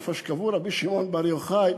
איפה שקבור רבי שמעון בר יוחאי,